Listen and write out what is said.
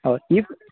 ह ईफ